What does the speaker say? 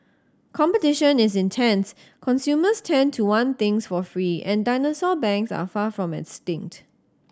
competition is intense consumers tend to want things for free and dinosaur banks are far from extinct